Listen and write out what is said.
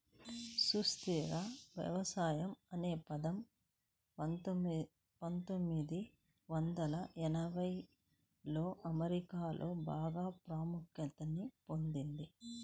సుస్థిర వ్యవసాయం అనే పదం పందొమ్మిది వందల ఎనభైలలో అమెరికాలో బాగా ప్రాముఖ్యాన్ని పొందింది